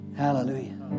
Hallelujah